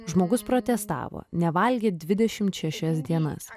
žmogus protestavo nevalgė dvidešimt šešias dienas